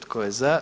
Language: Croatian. Tko je za?